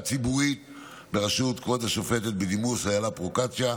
ציבורית בראשות כבוד השופטת בדימוס איילה פרוקצ'יה,